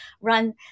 run